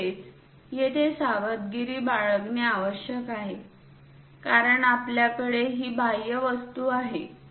तसेच येथे सावधगिरी बाळगणे आवश्यक आहे कारण आपल्याकडे ही बाह्य वस्तू आहे